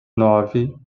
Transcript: nove